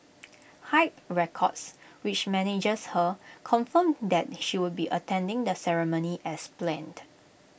hype records which manages her confirmed that she would be attending the ceremony as planned